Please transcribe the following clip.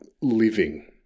living